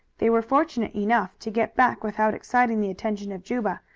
they were fortunate enough to get back without exciting the attention of juba,